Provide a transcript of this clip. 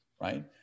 right